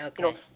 Okay